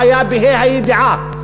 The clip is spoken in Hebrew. הבעיה בה"א הידיעה,